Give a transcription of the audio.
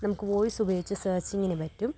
നമുക്ക് വോയിസ് ഉപയോഗിച്ച് സേര്ച്ചിങ്ങിന് പറ്റും